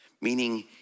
Meaning